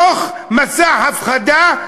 תוך מסע הפחדה,